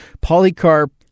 Polycarp